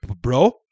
bro